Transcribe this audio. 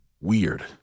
weird